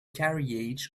carriage